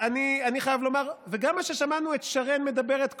גם מה ששמענו את שרן מדברת קודם,